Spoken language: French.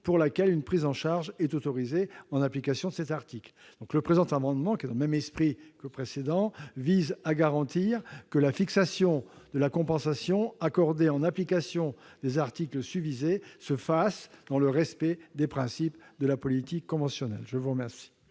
pour laquelle une prise en charge est autorisée en application de cet article. Le présent amendement vise à garantir que la fixation de la compensation accordée en application des articles susvisés se fasse dans le respect des principes de la politique conventionnelle. Quel